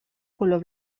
color